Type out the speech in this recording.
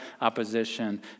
opposition